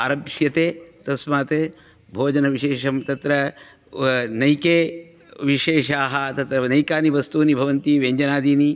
आरभ्यते तस्मात् भोजनविशेषं तत्र अनेके विशेषाः तत्र एनेकानि वस्तूनि भवन्ति व्यञ्जनादीनी